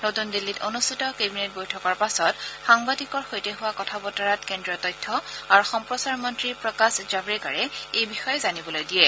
নতুন দিল্লীত অনুষ্ঠিত কেবিনেট বৈঠকৰ পাছত সাংবাদিকৰ সৈতে হোৱা কথা বতৰাত কেন্দ্ৰীয় তথ্য আৰু সম্প্ৰচাৰ মন্ত্ৰী প্ৰকাশ জাত্ৰেকাৰে এই বিষয়ে জানিবলৈ দিয়ে